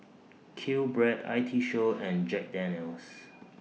QBread I T Show and Jack Daniel's